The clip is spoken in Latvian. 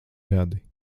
gadi